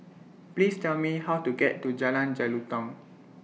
Please Tell Me How to get to Jalan Jelutong